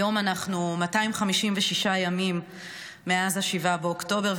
היום 256 ימים מאז 7 באוקטובר,